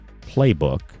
playbook